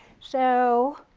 so